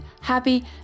happy